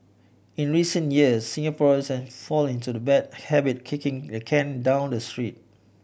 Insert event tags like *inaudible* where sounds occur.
in recent years Singaporean *unintelligible* fallen into the bad habit kicking the can down the street